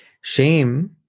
Shame